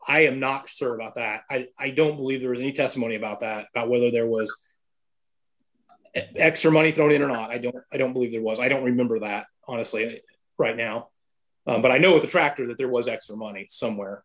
i am not certain about that i don't believe there was any testimony about that about whether there was extra money thrown in or not i don't i don't believe it was i don't remember that honestly if it right now but i know the tractor that there was extra money somewhere